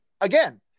Again